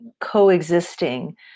coexisting